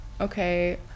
okay